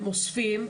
הם אוספים,